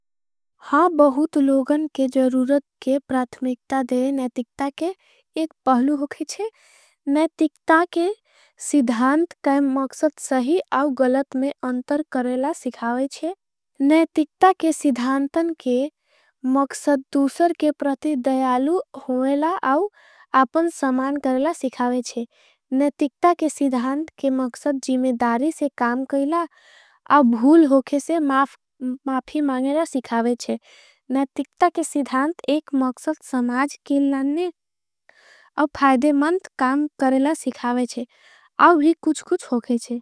हाँ बहुत लोगण के ज़रूरत के प्रात्मिक्ता देवे नयतिक्ता के। एक पहलू होगी छेन यतिक्ता के सिधान्त के मकसद सही। आउ गलत में अंतर करेला सिखावेचे नयतिक्ता के सिधान्त। के मकसद दूसर के परती दैयालू होगेला आउ आपन समान। करेला सिखावेचे नयतिक्ता के सिधान्त के मकसद जीमेदारी। से काम करेला आउ भूल होगेसे माफी माँगेला सिखावेचे। नयतिक्ता के सिधान्त एक मकसद समाज केलानने आउ। फायदेमन्त काम करेला सिखावेचे आउ भी कुछ कुछ होगेचे।